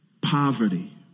poverty